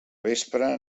vespre